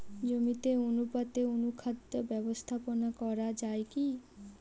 জমিতে অনুপাতে অনুখাদ্য ব্যবস্থাপনা করা য়ায় কি?